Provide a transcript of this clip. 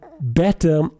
better